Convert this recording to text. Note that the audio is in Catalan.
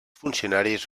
funcionaris